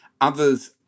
Others